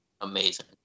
amazing